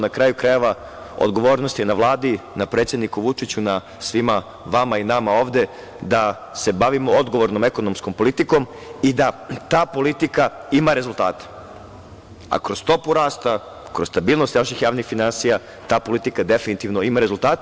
Na kraju krajeva, odgovornost je na Vladi, na predsedniku Vučiću, na svima vama i nama ovde, da se bavimo odgovornom ekonomskom politikom i da ta politika ima rezultate, a kroz stopu rasta, kroz stabilnost naših javnih finansija, ta politika definitivno ima rezultate.